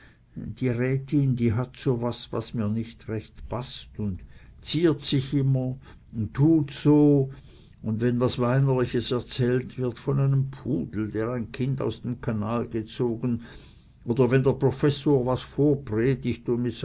die rätin die hat so was was mir nich recht paßt un ziert sich immer un tut so un wenn was weinerliches erzählt wird von einem pudel der ein kind aus dem kanal gezogen oder wenn der professor was vorpredigt